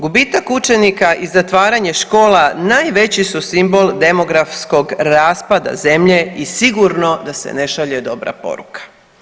Gubitak učenika i zatvaranje škola najveći su simbol demografskog raspada zemlje i sigurno da se ne šalje dobra poruka.